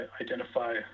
identify